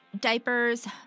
diapers